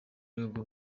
aribwo